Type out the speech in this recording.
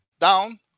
down